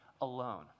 alone